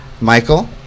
Michael